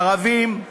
ערבים,